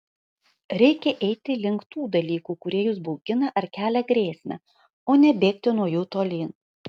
reikia eiti link tų dalykų kurie jus baugina ar kelia grėsmę o ne bėgti nuo jų tolyn